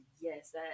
yes